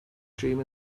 dream